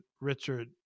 Richard